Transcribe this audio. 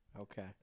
okay